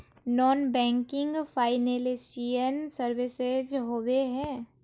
Non banking financial services होबे है?